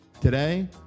today